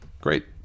Great